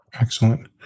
excellent